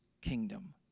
kingdom